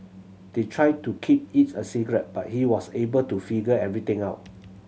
they tried to keep it a secret but he was able to figure everything out